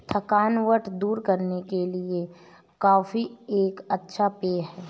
थकावट दूर करने के लिए कॉफी एक अच्छा पेय है